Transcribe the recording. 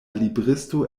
libristo